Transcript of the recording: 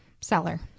seller